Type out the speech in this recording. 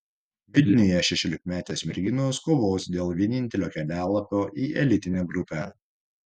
vilniuje šešiolikmetės merginos kovos dėl vienintelio kelialapio į elitinę grupę